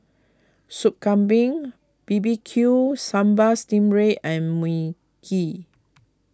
Soup Kambing B B Q Sambal Stingray and Mui Kee